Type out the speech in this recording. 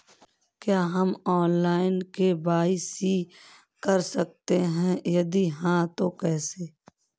क्या हम online KYC कर सकते हैं यदि हाँ तो कैसे?